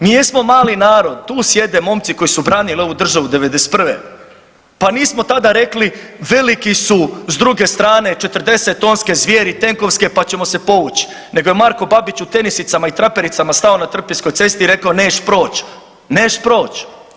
Mi jesmo mali narod, tu sjede momci koji su branili ovu državu '91., pa nismo tada rekli veliki su s druge strane, 40-tonske zvjeri tenkovske, pa ćemo se povući nego je Marko Babić u tenisicama i trapericama stao na Trpinjskoj cesti i rekao neš proć, neš proć.